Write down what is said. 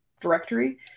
directory